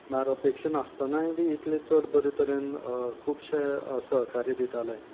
म्हळ्यार अपेक्षा नासतनाय बी इतलें चड बरें तरेन खुबशें सहकार्य दितालें